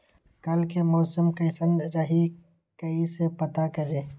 कल के मौसम कैसन रही कई से पता करी?